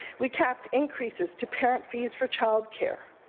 we capped increases to parent fees for child care.